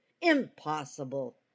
Impossible